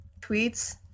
tweets